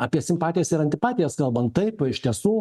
apie simpatijas ir antipatijas kalbant taip iš tiesų